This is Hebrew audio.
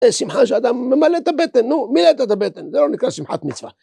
שמחה שאדם ממלא את הבטן, נו, מילאת את הבטן, זה לא נקרא שמחת מצווה.